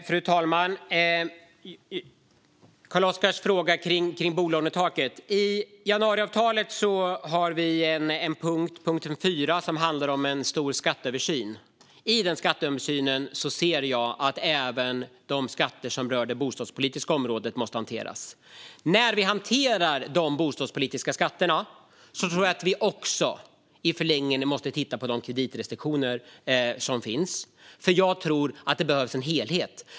Fru talman! Carl-Oskar ställde en fråga om bolånetaket. I januariavtalet handlar punkt 4 om en stor skatteöversyn. I den skatteöversynen måste även de skatter som rör det bostadspolitiska området hanteras. När vi hanterar de bostadspolitiska skatterna tror jag att vi också i förlängningen måste titta på de kreditrestriktioner som finns. Jag tror att det behövs en helhet.